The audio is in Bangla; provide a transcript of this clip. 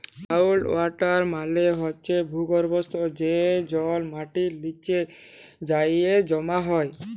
গ্রাউল্ড ওয়াটার মালে হছে ভূগর্ভস্থ যে জল মাটির লিচে যাঁয়ে জমা হয়